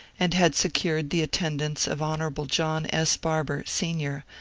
and had secured the attendance of hon. john s. barbour, sr,